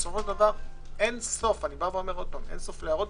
אין סוף להערות.